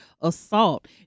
assault